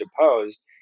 deposed